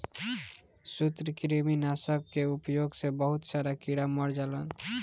सूत्रकृमि नाशक कअ उपयोग से बहुत सारा कीड़ा मर जालन